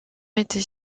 était